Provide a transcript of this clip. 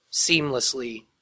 seamlessly